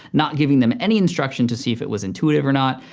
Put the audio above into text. not giving them any instruction to see if it was intuitive or not,